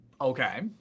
Okay